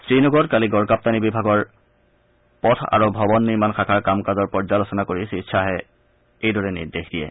শ্ৰীনগৰত কালি গড়কাপ্তানী বিভাগৰ পথ আৰু ভৱন নিৰ্মাণ শাখাৰ কাম কাজৰ পৰ্যালোচনা কৰি শ্ৰীশ্বাহে এইদৰে নিৰ্দেশ দিয়ে